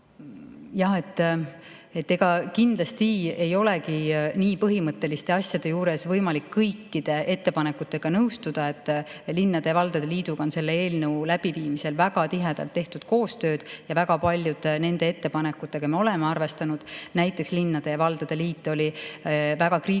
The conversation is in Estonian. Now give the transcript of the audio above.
Aga kindlasti ei olegi nii põhimõtteliste asjade juures võimalik kõikide ettepanekutega nõustuda. Linnade ja valdade liiduga on selle eelnõu koostamisel väga tihedalt koostööd tehtud ja väga paljude nende ettepanekutega me oleme arvestanud. Näiteks oli linnade ja valdade liit väga kriitiline,